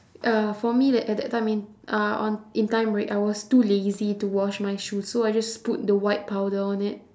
uh for me like at that time in uh on in time right I was too lazy to wash my shoes so I just put the white powder on it